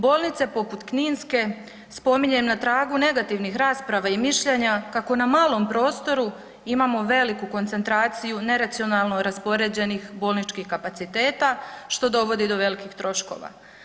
Bolnice poput kninske spominjem na tragu negativnih rasprava i mišljenja kako na malom prostoru imamo veliku koncentraciju neracionalno raspoređenih bolničkih kapaciteta što dovodi do velikih troškova.